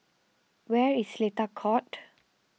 where is Seletar Court